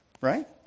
Right